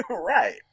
Right